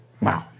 Wow